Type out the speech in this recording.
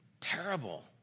terrible